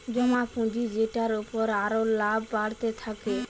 জমা পুঁজি যেটার উপর আরো লাভ বাড়তে থাকে